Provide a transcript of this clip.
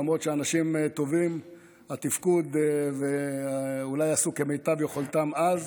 למרות שהאנשים טובים ואולי עשו כמיטב יכולתם אז,